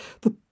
The